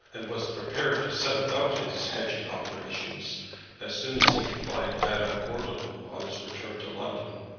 and was prepared to set about his hedging operations as soon as he could find madame gordeloup on his return to london.